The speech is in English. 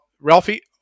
Ralphie